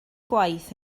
gwaith